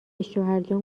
شوهرجان